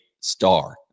star